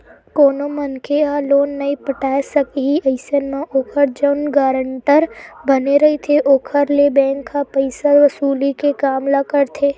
कोनो मनखे ह लोन नइ पटाय सकही अइसन म ओखर जउन गारंटर बने रहिथे ओखर ले बेंक ह पइसा वसूली के काम ल करथे